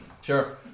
Sure